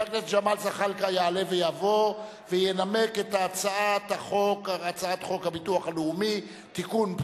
ההצעה להפוך את הצעת חוק התכנון והבנייה (תיקון,